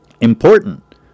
important